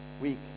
week